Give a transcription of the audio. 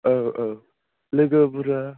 औ औ लोगो बुरजा